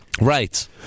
Right